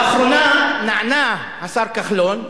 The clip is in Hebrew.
לאחרונה נענה השר כחלון,